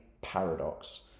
paradox